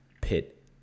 pit